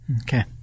okay